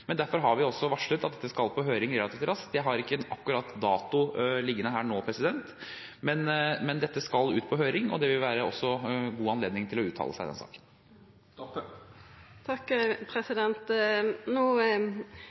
Derfor har vi også varslet at dette skal på høring relativt raskt, jeg har ikke en eksakt dato her nå, men det skal ut på høring, og det vil være god anledning til å uttale seg i den